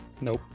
Nope